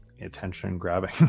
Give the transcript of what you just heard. attention-grabbing